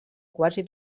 quasi